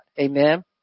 Amen